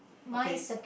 okay